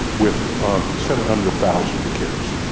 with ah seven hundred thousand kids,